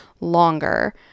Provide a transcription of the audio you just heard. longer